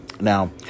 Now